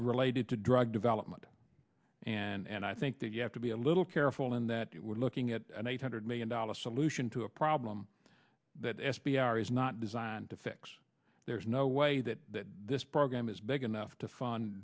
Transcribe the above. related to drug development and i think that you have to be a little careful in that you are looking at an eight hundred million dollars solution to a problem that s p r is not designed to fix there's no way that this program is big enough to fund